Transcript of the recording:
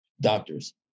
doctors